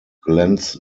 glens